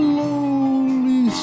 lonely